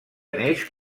neix